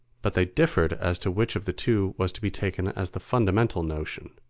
but they differed as to which of the two was to be taken as the fundamental notion.